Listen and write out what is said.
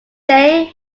james